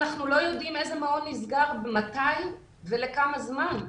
אנחנו לא יודעים איזה מעון נסגר, מתי ולכמה זמן.